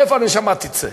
מאיפה הנשמה תצא.